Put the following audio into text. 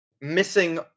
Missing